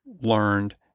learned